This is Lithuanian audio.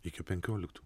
iki penkioliktų